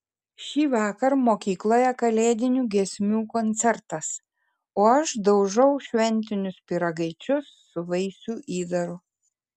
šįvakar mokykloje kalėdinių giesmių koncertas o aš daužau šventinius pyragaičius su vaisių įdaru